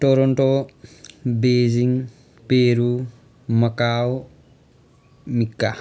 Toronto Beijing Peru Macau Mecca